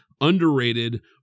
Underrated